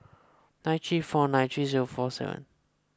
nine three four nine three zero four seven